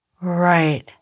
Right